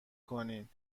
کنین